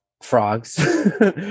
frogs